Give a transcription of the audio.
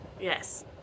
Yes